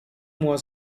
moi